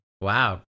Wow